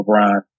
LeBron